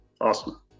Awesome